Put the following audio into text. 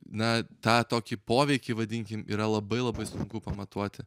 na tą tokį poveikį vadinkim yra labai labai sunku pamatuoti